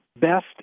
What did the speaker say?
best